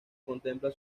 contempla